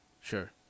sure